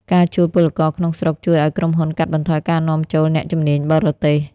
ការជួលពលករក្នុងស្រុកជួយឱ្យក្រុមហ៊ុនកាត់បន្ថយការនាំចូលអ្នកជំនាញបរទេស។